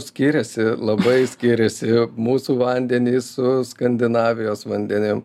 skiriasi labai skiriasi mūsų vandenys su skandinavijos vandenim